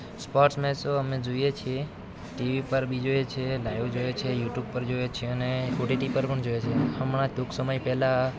sports મેચો અમે જોઈએ છીએ ટીવી પર બી જોઈએ છે લાઈવ જોઈએ છે યુટ્યુબ પર જોઈએ છે અને ઓટીટી પર પણ જોઈએ છીએ હમણાં જ ટૂંક સમય પહેલાં